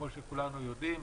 כמו שכולנו יודעים,